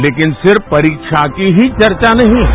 लेकिन सिर्फ परीक्षा की ही चर्चा नहीं है